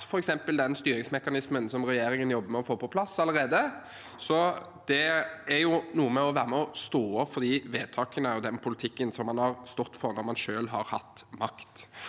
f.eks. den styringsmekanismen som regjeringen jobber med å få på plass. Det er noe med å være med og stå opp for de vedtakene og den politikken man har stått for når man selv har hatt makt.